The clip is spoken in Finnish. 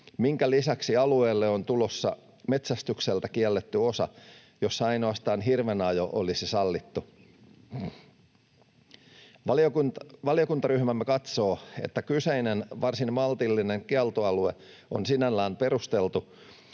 minkä lisäksi alueelle on tulossa metsästykseltä kielletty osa, jossa ainoastaan hirvenajo olisi sallittu. Valiokuntaryhmämme katsoo, että kyseinen, varsin maltillinen kielto-alue on sinällään perusteltu,